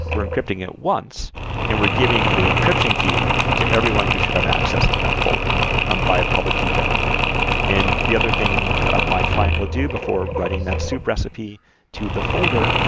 we're encrypting it once and we're giving the encryption key to everyone who should have access to that folder um via public key technology and the other thing my client will do before writing that soup recipe to the folder,